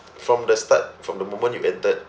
from the start from the moment you entered